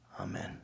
amen